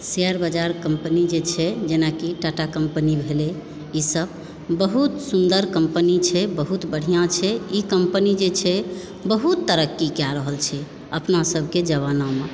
share बाजार company जे छै जेनाकि टाटा कम्पनी भेलै ई सब बहुत सुन्दर कम्पनी छै बहुत बढ़िआँ छै ई कम्पनी जे छै बहुत तरक्की कए रहल छै अपना सबके जवानामे